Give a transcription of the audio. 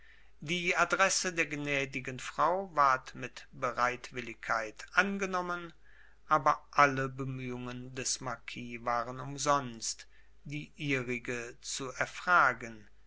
die adresse der gnädigen frau ward mit bereitwilligkeit angenommen aber alle bemühungen des marquis waren umsonst die ihrige zu erfragen